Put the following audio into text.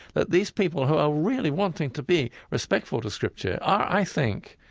that these people who are really wanting to be respectful to scripture are, i think,